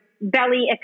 belly